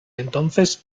entonces